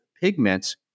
pigments